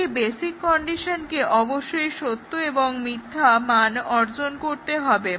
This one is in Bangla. প্রতিটি বেসিক কন্ডিশনকে অবশ্যই সত্য এবং মিথ্যা অর্জন করতে হবে